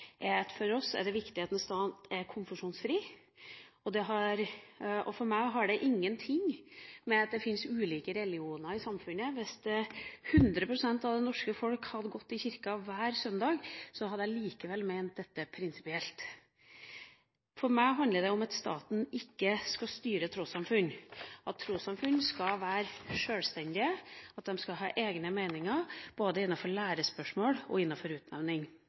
at for oss er det viktig at en stat er konfesjonsfri. For meg har det ingenting å gjøre med at det fins ulike religioner i samfunnet. Om 100 pst. av det norske folk hadde gått i kirka hver søndag, hadde jeg likevel ment dette prinsipielt. For meg handler det om at staten ikke skal styre trossamfunn, at trossamfunn skal være sjølstendige, og at de skal ha egne meninger både innenfor lærespørsmål og innenfor utnevning.